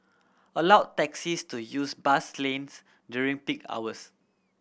allow taxis to use bus lanes during peak hours